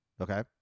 Okay